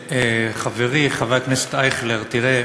חברי חבר הכנסת אייכלר, תראה,